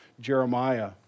Jeremiah